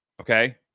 Okay